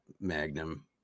Magnum